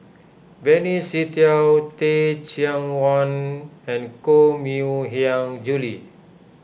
Benny Se Teo Teh Cheang Wan and Koh Mui Hiang Julie